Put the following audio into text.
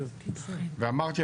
אמרתי,